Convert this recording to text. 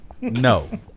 No